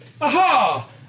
Aha